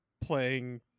playing